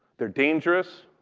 they're dangerous,